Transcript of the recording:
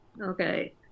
Okay